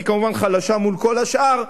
היא כמובן חלשה מול כל השאר,